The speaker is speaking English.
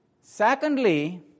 Secondly